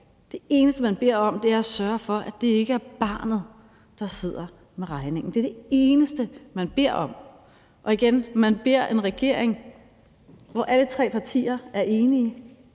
det eneste, man beder om, er at sørge for, at det ikke er barnet, der sidder med regningen. Det er det eneste, man beder om. Og igen vil jeg sige, at man beder en regering om noget, hvor alle tre partier er enige,